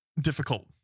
difficult